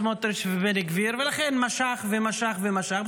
סמוטריץ' ובן גביר, ולכן משך ומשך ומשך.